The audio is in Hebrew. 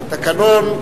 תקנון.